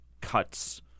cuts